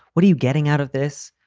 what are you getting out of this?